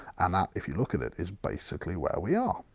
and if you look at it, it's basically where we are.